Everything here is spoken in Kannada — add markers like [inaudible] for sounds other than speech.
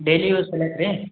ಡೆಲಿವರ್ [unintelligible] ರೀ